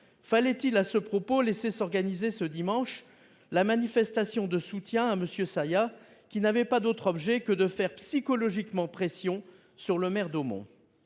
Fallait-il, à ce propos, laisser s'organiser ce dimanche la manifestation de soutien à M. Sayah, qui n'avait pas d'autre objet que de faire psychologiquement pression sur le maire d'Hautmont ?